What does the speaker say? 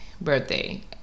birthday